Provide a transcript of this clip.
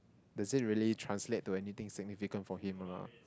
does it really translate to anything significant for him or not